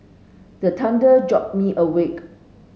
the thunder jolt me awake